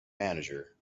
manager